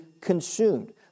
consumed